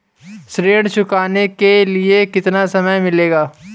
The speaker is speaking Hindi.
ऋण चुकाने के लिए कितना समय मिलेगा?